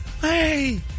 Hey